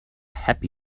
happy